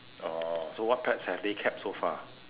oh so what pets have they kept so far